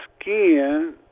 skin